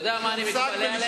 אתה יודע על מה אני מתפלא עליכם?